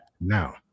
Now